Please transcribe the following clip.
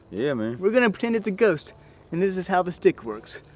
yeah man. we're gonna pretend it's a ghost and this is how the stick works.